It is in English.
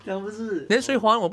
这样不是 uh